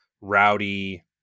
rowdy